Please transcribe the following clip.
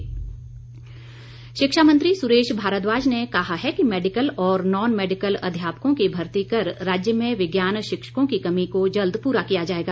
सुरेश भारद्वाज शिक्षा मंत्री सुरेश भारद्वाज ने कहा है कि मैडिकल और नॉन मैडिकल अध्यापकों की भर्ती कर राज्य में विज्ञान शिक्षकों की कमी को जल्द पूरा किया जाएगा